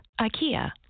IKEA